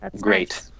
Great